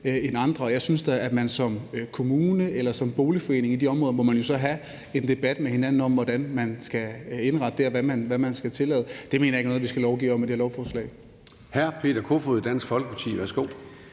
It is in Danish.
end andre. Og jeg synes da, at man som kommune eller som boligforening i de områder må have en debat med hinanden om, hvordan man skal indrette det, og hvad man skal tillade. Det mener jeg ikke er noget, vi skal lovgive om med det her lovforslag.